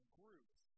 groups